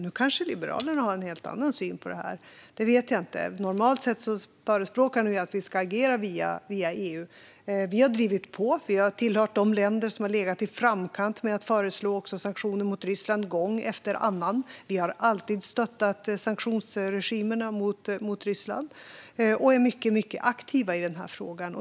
Nu kanske Liberalerna har en helt annan syn på detta, det vet jag inte. Normalt sett förespråkar ni att vi ska agera via EU. Vi har drivit på. Vi har tillhört de länder som har legat i framkant med att föreslå sanktioner mot Ryssland gång efter annan. Vi har alltid stöttat sanktionsregimerna mot Ryssland och är mycket aktiva i den här frågan.